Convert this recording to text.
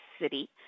City